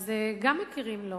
אז גם מכירים לו.